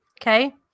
Okay